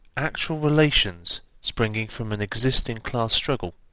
actual relations springing from an existing class struggle,